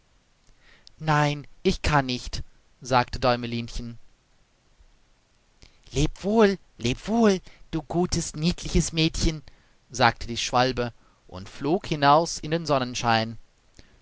nein ich kann nicht sagte däumelinchen lebe wohl lebe wohl du gutes niedliches mädchen sagte die schwalbe und flog hinaus in den sonnenschein